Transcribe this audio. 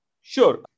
Sure